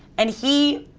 and he